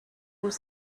was